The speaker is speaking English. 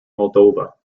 moldova